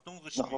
נתון רשמי.